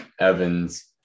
Evans